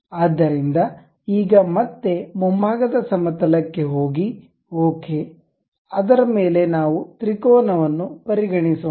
ಆದ್ದರಿಂದ ಈಗ ಮತ್ತೆ ಮುಂಭಾಗದ ಸಮತಲ ಕ್ಕೆ ಹೋಗಿ ಓಕೆ ಅದರ ಮೇಲೆ ನಾವು ತ್ರಿಕೋನವನ್ನು ಪರಿಗಣಿಸೋಣ